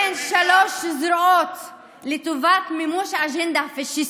מתקיים קשר בין שלוש זרועות לטובת מימוש האג'נדה הפשיסטית: